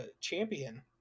champion